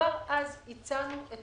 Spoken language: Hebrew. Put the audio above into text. כבר אז הצעתי את